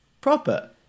proper